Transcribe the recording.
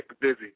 busy